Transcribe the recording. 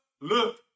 Look